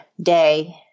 day